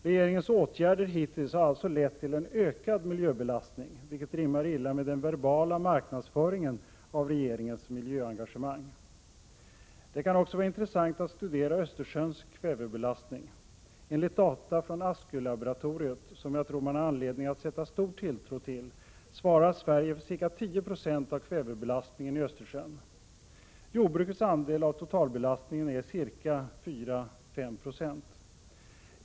Regeringens åtgärder hittills har alltså lett till en ökad miljöbelastning, vilket rimmar illa med den verbala marknadsföringen av regeringens miljöengagemang. Det kan också vara intressant att studera Östersjöns kvävebelastning. Enligt data från Askölaboratoriet, som jag tror man har anledning att sätta stor tilltro till, svarar Sverige för ca 10 96 av kvävebelastningen i Östersjön. Jordbrukets andel av totalbelastningen är ca 4-5 4.